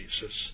Jesus